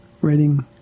Reading